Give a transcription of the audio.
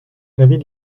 l’avis